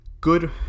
good